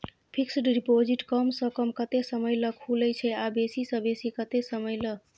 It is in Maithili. फिक्सड डिपॉजिट कम स कम कत्ते समय ल खुले छै आ बेसी स बेसी केत्ते समय ल?